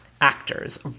actors